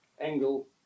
angle